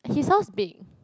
his house big